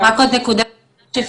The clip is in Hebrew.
רק עוד נקודה נוספת.